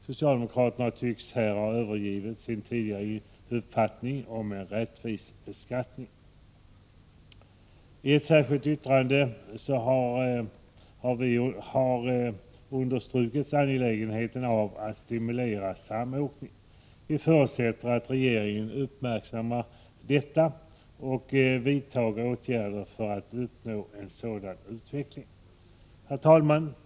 Socialdemokraterna tycks här ha övergett sin tidigare uppfattning om en rättvis beskattning. I ett särskilt yttrande har understrukits angelägenheten av att stimulera samåkning. Vi förutsätter att regeringen uppmärksammar detta och vidtar åtgärder för att uppnå en sådan utveckling. Herr talman!